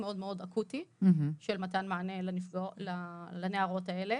מאוד מאוד אקוטי של מתן מענה לנערות האלה.